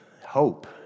hope